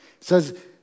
says